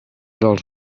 dels